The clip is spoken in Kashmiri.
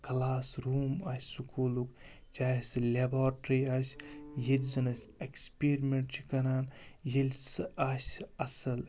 کَلاس روٗم آسہِ سکوٗلُک چاہے سُہ لیبارٹری آسہِ ییٚتہِ زَن اَسہِ ایٚکٕسپیٖرِمٮ۪نٛٹ چھِ کَران ییٚلہِ سُہ آسہِ اَصٕل